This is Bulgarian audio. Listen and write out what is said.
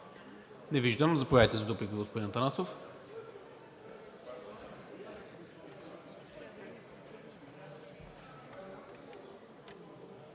Не виждам. Заповядайте за дуплика, господин Атанасов.